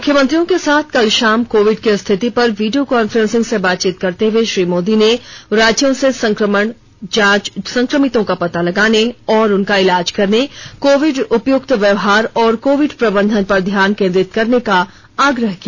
मुख्यमंत्रियों के साथ कल शाम कोविड की स्थिति पर वीडियो कॉन्फ्रेंसिंग से बातचीत करते हुए श्री मोदी ने राज्यों से संक्रमण जांच संक्रमितों का पता लगाने और उनका इलाज करने कोविड उपयुक्त व्यवहार और कोविड प्रबंधन पर ध्यान केंद्रित करने का आग्रह किया